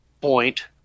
Point